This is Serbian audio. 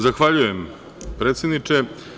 Zahvaljujem predsedniče.